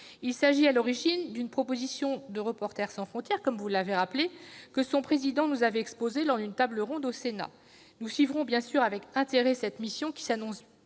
Il s'agit à l'origine d'une proposition de Reporters sans Frontières que son président nous avait exposée lors d'une table ronde au Sénat. Nous suivrons bien sûr avec intérêt cette mission, qui s'annonce